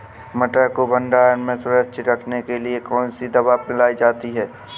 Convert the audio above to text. मटर को भंडारण में सुरक्षित रखने के लिए कौन सी दवा मिलाई जाती है?